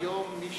היום מי